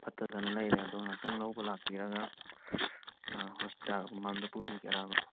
ꯐꯠꯇꯗꯅ ꯂꯩꯔꯦ ꯑꯗꯣ ꯉꯥꯛꯇꯪ ꯂꯧꯕ ꯂꯥꯛꯄꯤꯔꯒ ꯍꯣꯁꯄꯤꯇꯥꯜꯒꯨꯝꯕ ꯑꯝꯗ ꯄꯨꯕꯤꯒꯦꯔꯥꯕ